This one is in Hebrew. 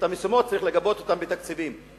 המשימות, צריך לגבות אותן בתקציבים.